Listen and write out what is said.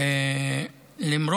אגב,